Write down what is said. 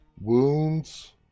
Wounds